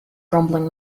grumbling